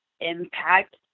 impact